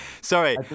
Sorry